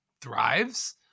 thrives